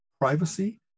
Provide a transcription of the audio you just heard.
privacy